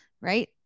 right